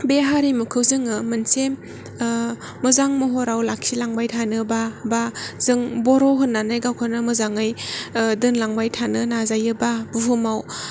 बे हारिमुखौ जों मोनसे मोजां महराव लाखिलांबाय थानोबा बा जों बर' होननानै गावखौनो मोजाङै दोनलांयबाय थानो नाजायोबा बुहुमाव